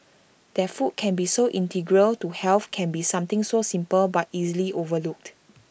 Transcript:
that food can be so integral to health can be something so simple but easily overlooked